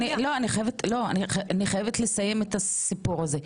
סליחה, אני חייבת לסיים את הסיפור הזה.